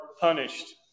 punished